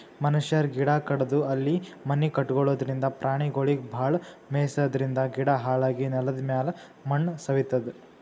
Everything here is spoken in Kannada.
ಮನಶ್ಯಾರ್ ಗಿಡ ಕಡದು ಅಲ್ಲಿ ಮನಿ ಕಟಗೊಳದ್ರಿಂದ, ಪ್ರಾಣಿಗೊಳಿಗ್ ಭಾಳ್ ಮೆಯ್ಸಾದ್ರಿನ್ದ ಗಿಡ ಹಾಳಾಗಿ ನೆಲದಮ್ಯಾಲ್ ಮಣ್ಣ್ ಸವಿತದ್